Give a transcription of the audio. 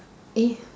eh